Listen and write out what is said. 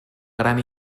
gran